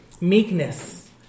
meekness